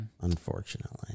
Unfortunately